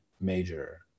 major